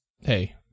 Hey